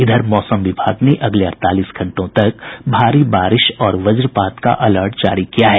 इधर मौसम विभाग ने अगले अड़तालीस घंटों तक भारी बारिश और वज्रपात का अलर्ट जारी किया है